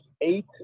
eight